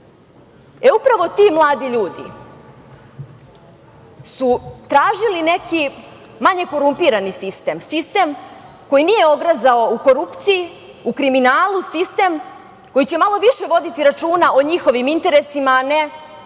bolje. Upravo ti mladi ljudi su tražili neki manje korumpirani sistem, sistem koji nije ogrezao u korupciji, u kriminalu, sistem koji će malo više voditi računa o njihovim interesima, a ne